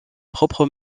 propre